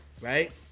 right